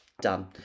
Done